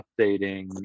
updating